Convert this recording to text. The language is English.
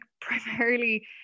primarily